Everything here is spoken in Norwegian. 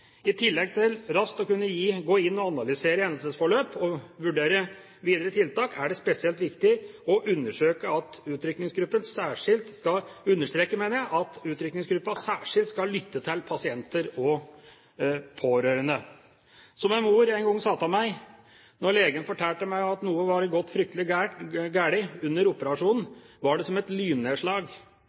I tillegg til raskt å kunne gå inn og analysere hendelsesforløp og vurdere videre tiltak er det spesielt viktig å understreke at utrykningsgruppen skal lytte særskilt til pasienter og pårørende. Som en mor en gang sa til meg: Da legen fortalte meg at noe var gått fryktelig galt under operasjonen, var det som et